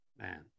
man